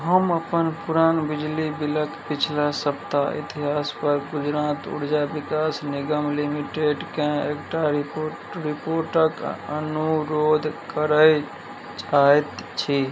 हम अपन पुरान बिजली बिलक पिछला सप्ताह इतिहास पर गुजरात उरजा विकास निगम लिमिटेडकेँ एकटा रिपोर्ट रिपोर्टक अनुरोध करै चाहैत छी